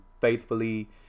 faithfully